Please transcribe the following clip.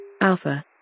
Alpha